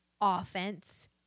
offense